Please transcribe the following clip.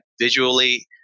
visually –